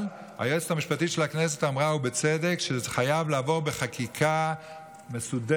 אבל היועצת המשפטית של הכנסת אמרה ובצדק שזה חייב לעבור בחקיקה מסודרת,